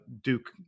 Duke